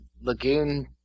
lagoon